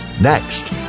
next